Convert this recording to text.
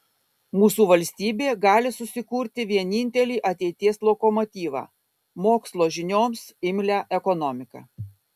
mūsų valstybė gali susikurti vienintelį ateities lokomotyvą mokslo žinioms imlią ekonomiką